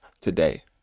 today